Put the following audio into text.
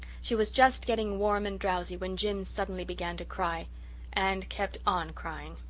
she was just getting warm and drowsy when jims suddenly began to cry and kept on crying.